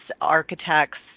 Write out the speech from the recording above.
architects